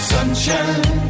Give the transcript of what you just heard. Sunshine